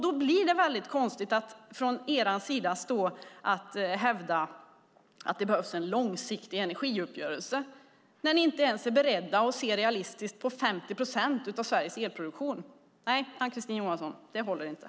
Det blir konstigt att ni hävdar att det behövs en långsiktig energiuppgörelse när ni inte ens är beredda att se realistiskt på 50 procent av Sveriges elproduktion. Det håller inte, Ann-Kristine Johansson.